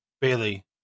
Bailey